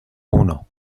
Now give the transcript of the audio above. uno